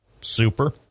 Super